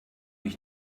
ich